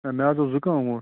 مےٚ حظ اوس زُکام اوس